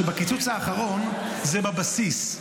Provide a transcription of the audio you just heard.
בקיצוץ האחרון, זה בבסיס.